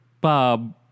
Bob